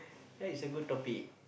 that is a good topic